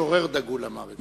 משורר דגול אמר את זה.